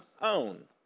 own